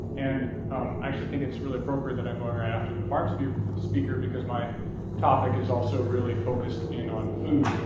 and i actually think it's really appropriate that i'm going right after and the speaker because my topic is also really focused in on food.